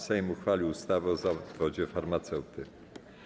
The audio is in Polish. Sejm uchwalił ustawę o zawodzie farmaceuty.